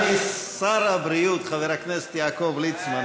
אדוני שר הבריאות חבר הכנסת יעקב ליצמן.